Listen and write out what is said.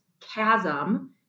chasm